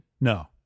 No